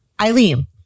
Eileen